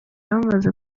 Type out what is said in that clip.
bamaze